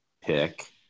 pick